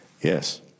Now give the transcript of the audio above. Yes